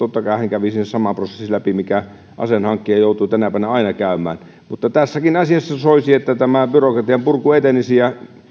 kävisi sen saman prosessin läpi minkä aseenhankkija joutuu tänä päivänä aina käymään tässäkin asiassa soisi että tämä byrokratianpurku etenisi ja